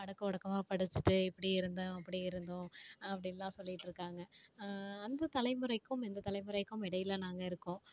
அடக்க ஒடுக்கமா படித்திட்டு இப்படி இருந்தோம் அப்படி இருந்தோம் அப்படில்லாம் சொல்லிக்கிட்டு இருக்காங்க அந்த தலைமுறைக்கும் இந்த தலைமுறைக்கும் இடையில் நாங்கள் இருக்கோம்